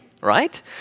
right